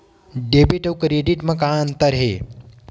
Debit अउ credit म का अंतर हे?